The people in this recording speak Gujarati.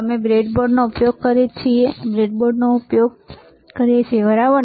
અમે બ્રેડબોર્ડનો ઉપયોગ કરીએ છીએ અમે બ્રેડબોર્ડનો ઉપયોગ કરીએ છીએ બરાબર